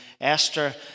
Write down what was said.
Esther